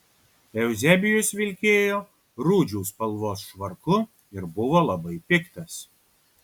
euzebijus vilkėjo rūdžių spalvos švarku ir buvo labai piktas